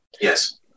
Yes